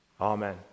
Amen